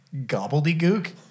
Gobbledygook